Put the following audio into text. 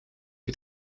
het